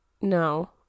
No